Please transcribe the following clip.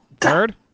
Third